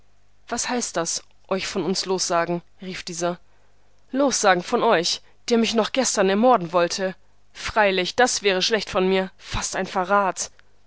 was heißt das euch von uns lossagen rief dieser lossagen von euch der mich noch gestern ermorden wollte freilich das wäre schlecht von mir fast ein verrat